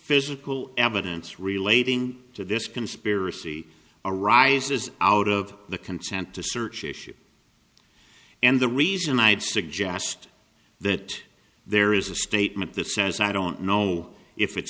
physical evidence relating to this conspiracy arises out of the consent to search issue and the reason i'd suggest that there is a statement that says i don't know if it's